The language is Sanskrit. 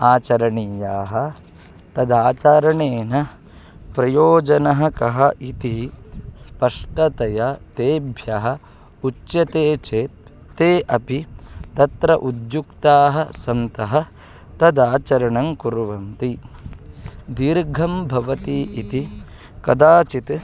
आचरणीयाः तद् आचारणेन प्रयोजनः कः इति स्पष्टतया तेभ्यः उच्यते चेत् ते अपि तत्र उद्युक्ताः सन्तः तदाचरणं कुर्वन्ति दीर्घं भवति इति कदाचित्